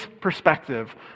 perspective